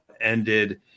ended